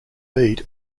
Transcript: beat